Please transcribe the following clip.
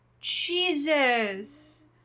Jesus